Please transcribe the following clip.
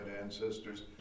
ancestors